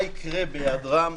מה יקרה בהיעדרם.